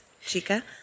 chica